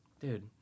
Dude